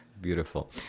Beautiful